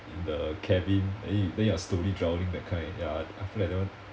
in the cabin then then you're slowly drowning that kind ya I feel like that one